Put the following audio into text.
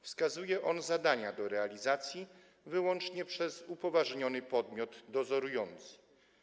Wskazuje on zadania możliwe do realizacji wyłącznie przez upoważniony podmiot dozorujący.